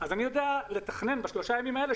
אני מציע שתיכנסי ותראי.